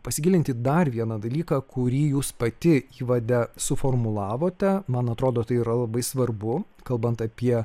pasigilinti dar vieną dalyką kurį jūs pati įvade suformulavote man atrodo tai yra labai svarbu kalbant apie